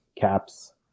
Caps